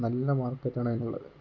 നല്ല മാർക്കറ്റാണ് അതിനുള്ളത്